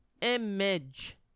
image